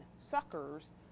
suckers